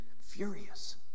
furious